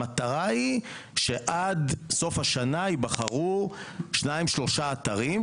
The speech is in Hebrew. המטרה היא שעד סוף השנה ייבחרו שניים-שלושה אתרים,